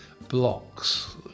blocks